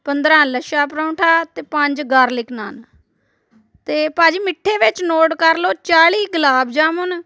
ਪੰਦਰਾਂ ਲੱਛਾ ਪਰੌਂਠਾ ਅਤੇ ਪੰਜ ਗਾਰਲਿਕ ਨਾਨ ਅਤੇ ਭਾਅ ਜੀ ਮਿੱਠੇ ਵਿੱਚ ਨੋਟ ਕਰ ਲਓ ਚਾਲੀ ਗੁਲਾਬ ਜਾਮਣ